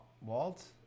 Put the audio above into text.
walt